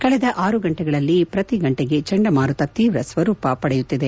ಕಳೆದ ಆರು ಗಂಟೆಗಳಲ್ಲಿ ಪ್ರತಿಗಂಟೆಗೆ ಚಂಡಮಾರುತ ತೀವ್ರ ಸ್ನರೂಪ ಪಡೆಯುತ್ತಿದೆ